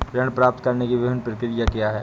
ऋण प्राप्त करने की विभिन्न प्रक्रिया क्या हैं?